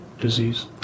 disease